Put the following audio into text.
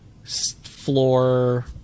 floor